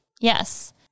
Yes